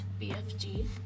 BFG